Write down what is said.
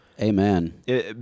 Amen